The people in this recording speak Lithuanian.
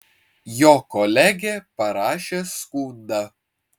jo kolegė parašė skundą